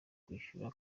kwishyura